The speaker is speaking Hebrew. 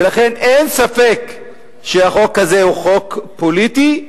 ולכן, אין ספק שהחוק הזה הוא חוק פוליטי,